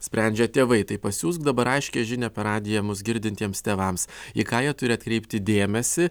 sprendžia tėvai tai pasiųsk dabar aiškią žinią per radiją mūsų girdintiems tėvams į ką jie turi atkreipti dėmesį